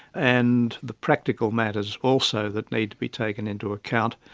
and the practical matters also that need to be taken into account,